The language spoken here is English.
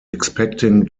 expecting